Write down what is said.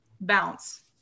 bounce